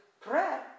prayer